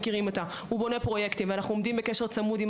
הוא בונה פרויקטים ואנחנו עומדים בקשר צמוד עם